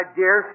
dear